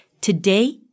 Today